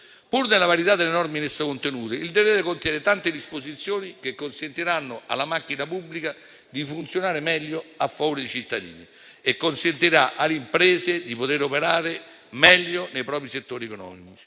pur nella varietà delle norme in esso contenute, il decretolegge contiene tante disposizioni che consentiranno alla macchina pubblica di funzionare meglio a favore dei cittadini e consentirà alle imprese di operare meglio nei propri settori economici.